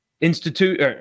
institute